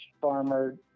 farmer